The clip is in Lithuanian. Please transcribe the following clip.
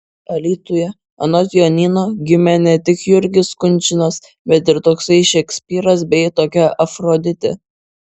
alytuje anot jonyno gimė ne tik jurgis kunčinas bet ir toksai šekspyras bei tokia afroditė